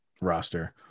roster